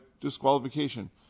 disqualification